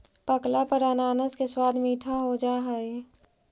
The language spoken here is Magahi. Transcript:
पकला पर अनानास के स्वाद मीठा हो जा हई